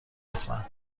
لطفا